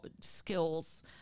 skills